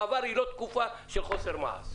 כוועדה,